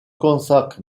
consacre